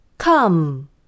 Come